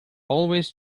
always